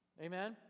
Amen